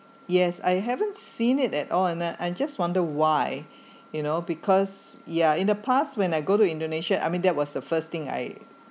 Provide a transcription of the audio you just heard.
yes I haven't seen it at all and that I just wonder why you know because ya in the past when I go to indonesia I mean that was the first thing I